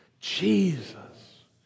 Jesus